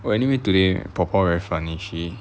well anyway today right 婆婆 very funny she